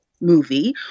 movie